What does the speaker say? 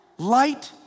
Light